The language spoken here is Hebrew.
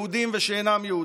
יהודים ושאינם יהודים.